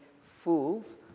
fools